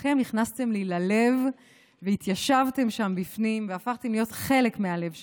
כולכם נכנסתם לי ללב והתיישבתם שם בפנים והפכתם להיות חלק מהלב שלי.